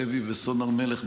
חברי הכנסת הלוי וסון הר מלך,